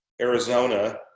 Arizona